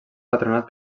patronat